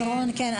שרון, כן.